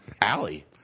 Allie